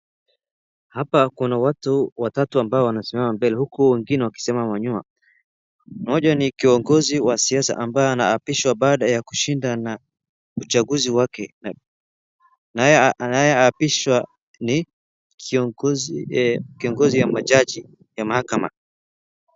Hapa kuna watu watatu amabo wanasimama mbele huku wengine wakisimama nyuma. Mmoja ni kiongozi wa siasa ambaye anaapishwa baada ya kushinda na uchaguzi wake. Anayeapishwa ni kiongozi wa majaji ya mahakama.